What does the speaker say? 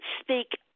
speak